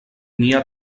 nia